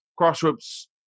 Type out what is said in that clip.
Crossrope's